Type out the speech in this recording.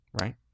right